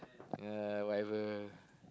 yeah whatever